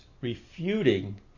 refuting